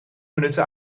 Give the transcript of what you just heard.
minuten